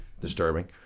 disturbing